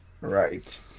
Right